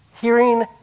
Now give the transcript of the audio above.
hearing